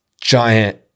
giant